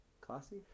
classy